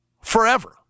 forever